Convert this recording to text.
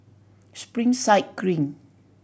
Springside Green